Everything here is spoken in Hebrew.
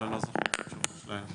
אבל אני לא זוכר את התשובות שלהם.